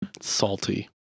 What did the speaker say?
Salty